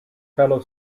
fellow